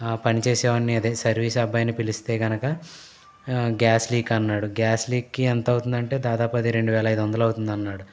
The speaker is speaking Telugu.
పని చేసేవాడిని అదే సర్వీస్ అబ్బాయిని పిలిస్తే కనుక గ్యాస్ లీక్ అన్నాడు గ్యాస్ లీక్ కి ఎంత అవుతుంది అంటే దాదాపు అది రెండు వేల ఐదు వందలు అవుతుంది అన్నాడు